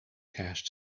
cache